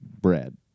bread